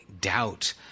doubt